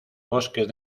bosques